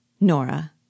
Nora